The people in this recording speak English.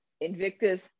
Invictus